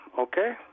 okay